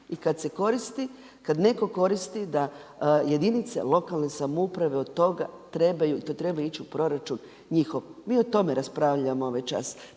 i kad se koristi, kad netko koristi da jedinice lokalne samouprave od toga trebaju, i to treba ići u proračun njihov. Mi o tome raspravljamo ovaj čas.